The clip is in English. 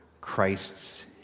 Christ's